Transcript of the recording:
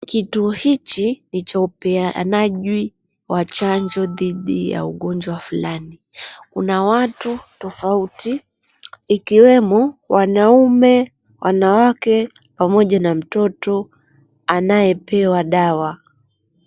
Kitu hichi ni cha upeanajwi wa chanjo dhidi ya ugonjwa fulani. Kuna watu tofauti ikiwemo wanaume, wanawake pamoja na mtoto anaye pewa dawa.